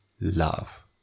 love